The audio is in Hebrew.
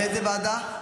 לאיזו ועדה?